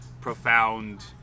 profound